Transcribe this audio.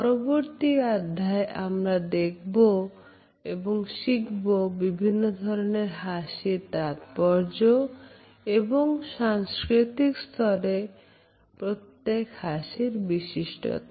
পরবর্তী অধ্যায়ে আমরা দেখব এবং শিখব বিভিন্ন ধরনের হাসির তাৎপর্য এবং সাংস্কৃতিক স্তরে প্রত্যেক হাসির বিশিষ্টতা